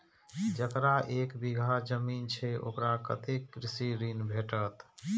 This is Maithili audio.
जकरा एक बिघा जमीन छै औकरा कतेक कृषि ऋण भेटत?